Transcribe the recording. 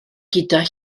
gyda